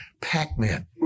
Pac-Man